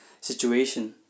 situation